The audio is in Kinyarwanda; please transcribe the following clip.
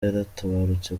yaratabarutse